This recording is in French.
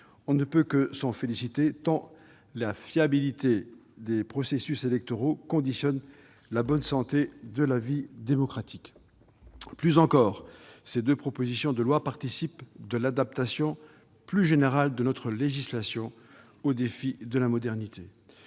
On ne peut que s'en féliciter, tant la fiabilité des processus électoraux conditionne la bonne santé de la vie démocratique. Plus généralement, ces deux propositions de loi participent de l'adaptation de notre législation aux défis de la modernité.